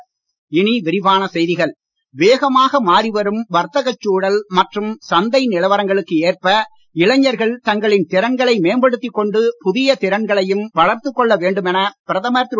மோடி வேகமாக மாறிவரும் வர்த்தகச் சூழல் மற்றும் சந்தை நிலவரங்களுக்கு ஏற்ப இளைஞர்கள் தங்களின் திறன்களை மேம்படுத்திக் கொண்டு புதிய திறன்களையும் வளர்த்துக் கொள்ள வேண்டும் என பிரதமர் திரு